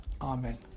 Amen